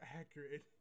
accurate